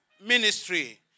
ministry